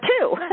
two